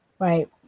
Right